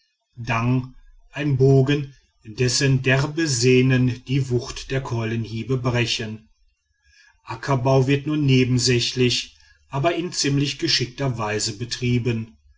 dang ein bogen dessen derbe sehnen die wucht der keulenhiebe brechen kuerr und dang schutzwaffen der dinka ackerbau wird nur nebensächlich aber in ziemlich geschickter weise betrieben